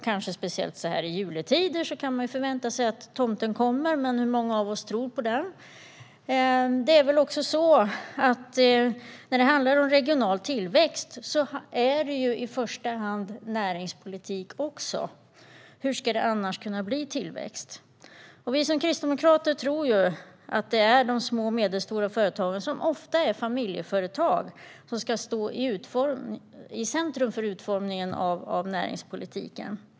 Kanske speciellt så här i juletider kan man ju förvänta sig att tomten kommer, men hur många av oss tror på tomten? När det gäller regional tillväxt är det i första hand näringspolitik det handlar om. Hur ska det annars kunna bli tillväxt? Vi kristdemokrater tror ju att det är de små och medelstora företagen, som ofta är familjeföretag, som ska stå i centrum för utformningen av näringspolitiken.